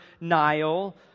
Nile